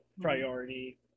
priority